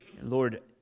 Lord